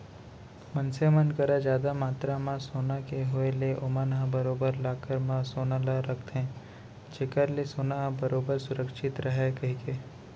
मनसे मन करा जादा मातरा म सोना के होय ले ओमन ह बरोबर लॉकर म सोना ल रखथे जेखर ले सोना ह बरोबर सुरक्छित रहय कहिके